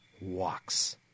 walks